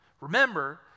Remember